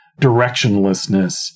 directionlessness